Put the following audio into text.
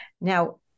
Now